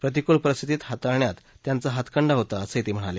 प्रतिकूल परिस्थिती हाताळण्यात त्यांचा हातखंडा होता असंही ते म्हणाले